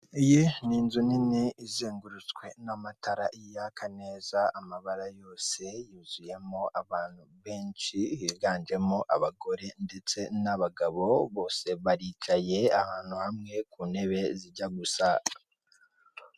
Iyi ni ninzu nininizengurutswe n'amatara yaka neza amabara yose. Yuzuyemo abantu benshi higanjemo abagore ndetse n'abagabo, bose baricaye ahantu hamwe ku ntebe zijya gusa.